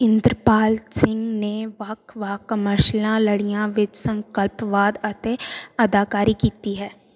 ਇੰਦਰਪਾਲ ਸਿੰਘ ਨੇ ਵੱਖ ਵੱਖ ਕਮਰਸ਼ੀਅਲਾਂ ਲੜੀਆਂ ਵਿੱਚ ਸੰਕਲਪਵਾਦ ਅਤੇ ਅਦਾਕਾਰੀ ਕੀਤੀ ਹੈ